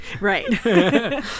right